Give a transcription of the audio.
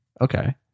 Okay